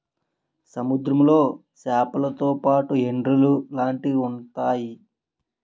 సముద్రంలో సేపలతో పాటు ఎండ్రలు లాంటివి ఉంతాయి